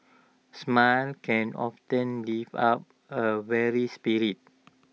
smile can often lift up A weary